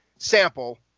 sample